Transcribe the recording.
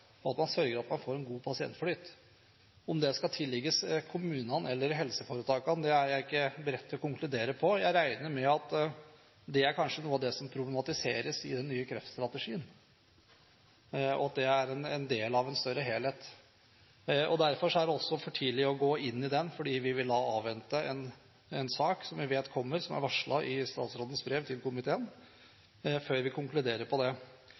og at man sørger for at man får en god pasientflyt. Om det skal tillegges kommunene eller helseforetakene, er jeg ikke beredt til å konkludere på. Jeg regner med at det kanskje er noe av det som problematiseres i den nye kreftstrategien, og at det er en del av en større helhet. Derfor er det også for tidlig å gå inn i den, fordi vi vil avvente en sak vi vet kommer – som er varslet i statsrådens brev til komiteen – før vi konkluderer på det.